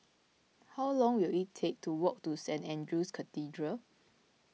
how long will it take to walk to Saint andrew's Cathedral